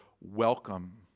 welcome